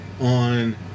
on